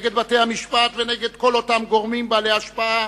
נגד בתי-המשפט ונגד כל אותם גורמים בעלי השפעה,